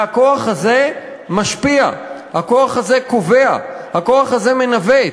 והכוח הזה משפיע, הכוח הזה קובע, הכוח הזה מנווט,